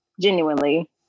genuinely